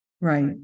Right